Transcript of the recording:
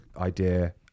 idea